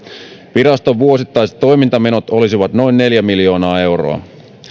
viraston vuosittaiset toimintamenot olisivat noin neljä miljoonaa euroa